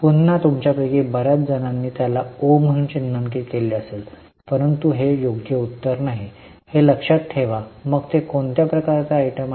पुन्हा तुमच्यापैकी बर्याच जणांनी त्याला ओ म्हणून चिन्हांकित केले असेल परंतु हे योग्य उत्तर नाही हे लक्षात ठेवा मग ते कोणत्या प्रकारचे आयटम आहे